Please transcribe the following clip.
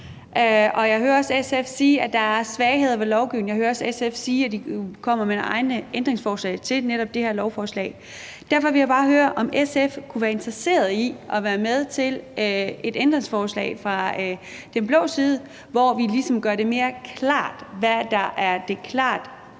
Jeg hører også SF sige, at der er svagheder ved lovforslaget, og jeg hører også SF sige, at de stiller deres egne ændringsforslag til netop det her lovforslag. Derfor vil jeg bare høre, om SF kunne være interesseret i at være med til at stille et ændringsforslag fra blå side, hvor vi ligesom gør det mere klart, hvad der er det